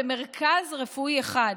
במרכז רפואי אחד.